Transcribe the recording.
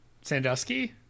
Sandusky